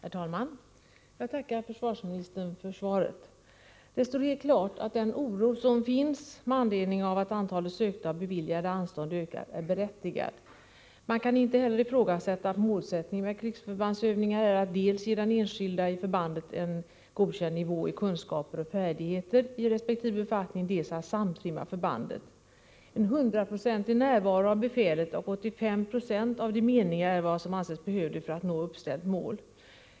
Herr talman! Jag tackar försvarsministern för svaret. Det står helt klart att den oro som finns med anledning av att antalet sökta och beviljade anstånd har ökat är berättigad. Man kan inte heller ifrågasätta att målsättningen med krigsförbandsöv ningar är dels att ge de enskilda i förbandet en godkänd nivå på kunskaper och färdigheter i resp. befattningar, dels att samtrimma förbandet. En hundraprocentig närvaro av befälet och en åttiofemprocentig av de meniga är vad som anses behövligt för att nå uppställt mål.